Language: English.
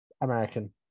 American